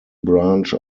branch